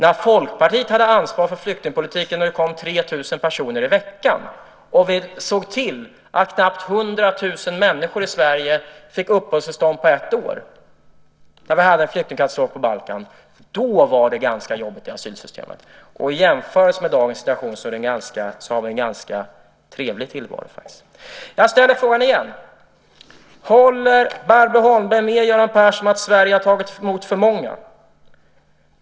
När Folkpartiet hade ansvar för flyktingpolitiken och det kom 3 000 personer i veckan och vi såg till att knappt 100 000 människor i Sverige fick uppehållstillstånd på ett år, när det var en flyktingkatastrof på Balkan, var det ganska jobbigt i asylsystemet. I jämförelse med det har vi en ganska trevlig tillvaro i dag. Jag ställer frågan igen: Håller Barbro Holmberg med Göran Persson om att Sverige har tagit emot för många?